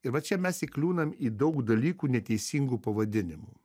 ir va čia mes įkliūnam į daug dalykų neteisingų pavadinimu